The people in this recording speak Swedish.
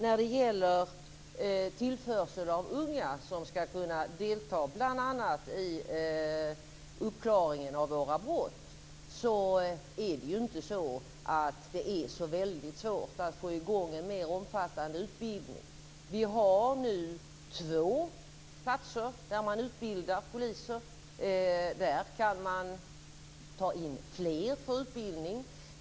När det gäller tillförsel av unga som bl.a. ska kunna delta i uppklaringen av våra brott är det inte så väldigt svårt att få i gång en mer omfattande utbildning. Vi har nu två platser där man utbildar poliser. Där kan man ta in fler för utbildning.